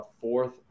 fourth